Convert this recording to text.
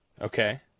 Okay